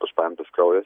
bus paimtas kraujas